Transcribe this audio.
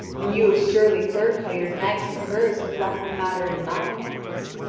and you have surely heard how your knight and hers have left the matter in my hands.